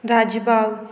Rajbagh